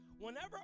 whenever